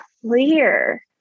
clear